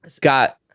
got